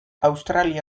australia